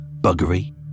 buggery